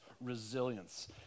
resilience